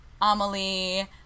amelie